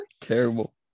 Terrible